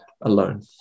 alone